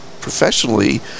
professionally